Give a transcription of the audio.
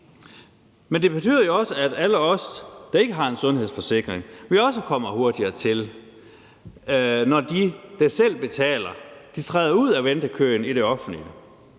Men det betyder jo også, at alle os, der ikke har en sundhedsforsikring, også kommer hurtigere til, når de, der selv betaler, træder ud af ventekøen i det offentlige.